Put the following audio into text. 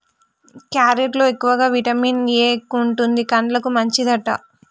carrot లో ఎక్కువగా vitamin A ఎక్కువుంటది, కండ్లకు మంచిదట